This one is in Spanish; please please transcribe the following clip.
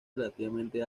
relativamente